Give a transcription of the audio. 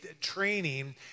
training